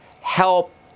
help